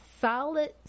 solid